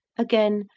again,